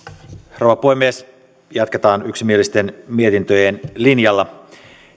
rouva puhemies jatketaan yksimielisten mietintöjen linjalla